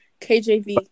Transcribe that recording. KJV